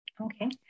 Okay